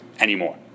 anymore